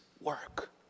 work